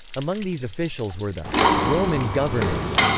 among these officials were the roman governors,